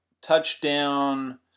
touchdown